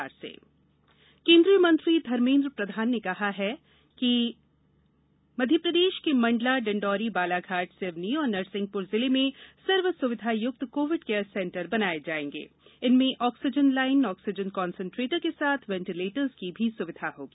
Covid care centre केन्द्रीय मंत्री धर्मेन्द्र प्रधान ने कहा कि मध्यप्रदेश के मंडला डिंडौरी बालाघाट सिवनी और नरसिंहपुर जिले में सर्वसुविधायक्त कोविड केयर सेंटर बनाए जाएंगे जिनमें ऑक्सीजन लाइन ऑक्सीजन कंसन्ट्रेटर के साथ वेंटीलेटर्स की भी सुविधा होगी